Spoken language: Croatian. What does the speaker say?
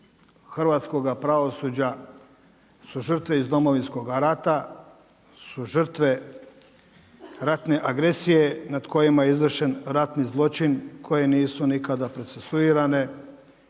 hrvatskoga pravosuđa su žrtve iz Domovinskoga rata, su žrtve ratne agresije nad kojima je izvršen ratni zločin koji nisu nikada procesuirane,